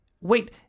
wait